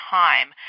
time